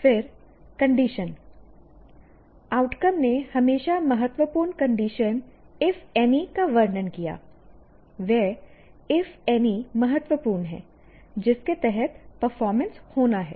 फिर condition outcome ने हमेशा महत्वपूर्ण कंडीशन इफ एनी का वर्णन किया वह इफ एनी महत्वपूर्ण है जिसके तहत परफॉर्मेंस होना है